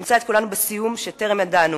ימצא את כולנו בסיוט שטרם ידענו.